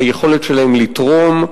היכולת שלהם לתרום,